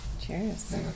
Cheers